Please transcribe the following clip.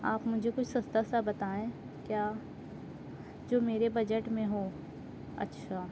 آپ مجھے کچھ سستا سا بتائیں کیا جو میرے بجٹ میں ہو اچھا